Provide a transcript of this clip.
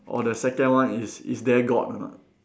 or the second one is is there god or not